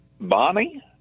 Bonnie